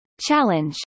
Challenge